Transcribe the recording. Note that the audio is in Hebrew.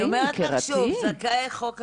אני אומרת לך שוב, זכאי חוק השבות,